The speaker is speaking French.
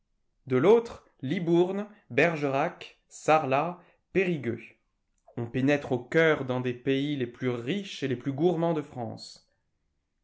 de l'autre libourne bergerac sarlat périgueux on pénètre au cœur d'un des pays les plus riches et les plus gourmands de france